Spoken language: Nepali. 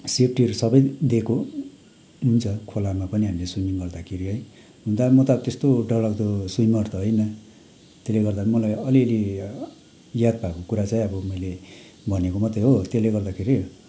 सेफ्टीहरू सबै दिएको हुन्छ खोलामा पनि हामीले स्विमिङ गर्दाखेरि है हुन त म त अब त्यस्तो डरलाग्दो स्विमर त होइन त्यसले गर्दा मलाई अलिअलि याद भएको कुरा चाहिँ अब मैले भनेको मात्रै हो त्यसले गर्दाखेरि